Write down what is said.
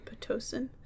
Pitocin